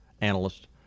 analyst